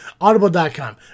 Audible.com